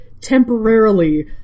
temporarily